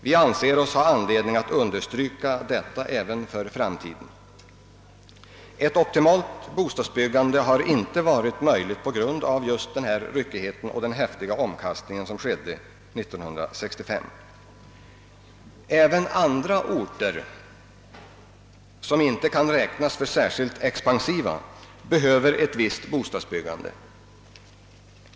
Vi anser oss ha anledning att understryka detta även för framtiden. Ett optimalt bostadsbyggande har inte varit möjligt på grund av denna ryckighet och den häftiga omkastningen 1965. Även orter som inte kan räknas som särskilt expansiva behöver ett visst bostadsbyggande.